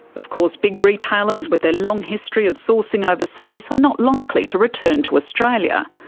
of course big retailers with their long history of sourcing overseas are not likely to return to australia.